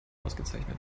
ausgezeichnet